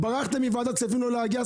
ברחתם מוועדת כספים לא להגיע.